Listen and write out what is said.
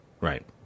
Right